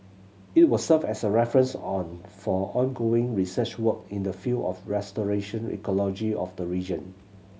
it will serve as a reference on for ongoing research work in the field of restoration ecology of the region